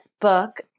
book